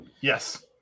yes